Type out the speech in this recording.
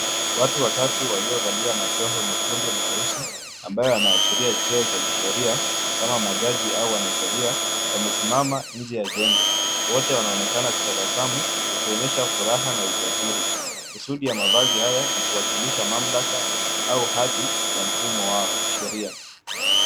Watu watatu waliovalia majoho mekundu na meusi ambayo yanaashiria cheo cha kisheria kama majaji au wanasheria wamesimama nje ya jengo. Wote wanaonekana kutabasamu wakionyesha furaha na ujasiri. Kusudi ya mavazi haya ni kuwakilisha mamlaka au hadhi ya mfumo wa sheria.